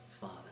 father